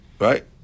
Right